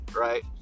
right